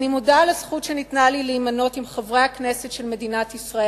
אני מודה על הזכות שניתנה לי להימנות עם חברי הכנסת של מדינת ישראל,